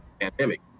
pandemic